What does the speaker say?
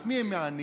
את מי הם מענים?